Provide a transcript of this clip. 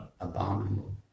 abominable